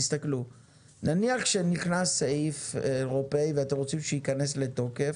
נניח שנכנס סעיף אירופי ואתם רוצים שייכנס לתוקף,